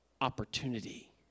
opportunity